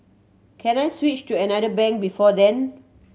can I switch to another bank before then